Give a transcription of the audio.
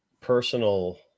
personal